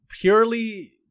Purely